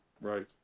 Right